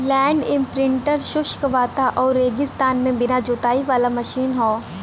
land imprinter शुष्क वातावरण आउर रेगिस्तान में बिना जोताई वाला मशीन हौ